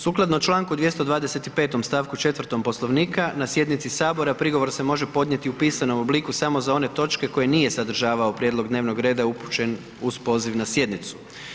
Sukladno čl. 225. st. 4. Poslovnika na sjednici Sabora prigovor se može podnijeti u pisanom obliku samo za one točke koje nije sadržavao prijedlog dnevnog reda upućen uz poziv na sjednicu.